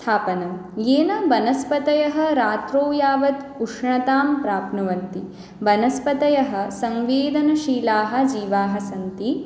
स्थापनम् येन वनस्पतयः रात्रौ यावत् उष्णतां प्राप्नुवन्ति वनस्पतयः संवेदनशीलाः जीवाः सन्ति